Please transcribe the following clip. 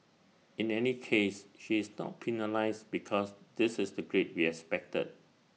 in any case she is not penalised because this is the grade we expected